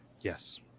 Yes